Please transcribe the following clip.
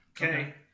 Okay